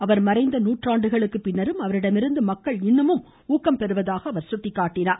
அவர் மறைந்த நூற்றாண்டுகளுக்கு பின்னரும் அவரிடமிருந்து மக்கள் இன்னும் ஊக்கம் பெருவதாக சுட்டிக்காட்டினார்